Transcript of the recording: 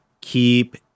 keep